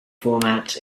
format